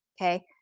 okay